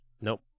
Nope